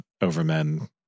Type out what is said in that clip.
overmen